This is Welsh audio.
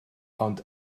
ond